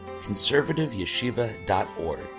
conservativeyeshiva.org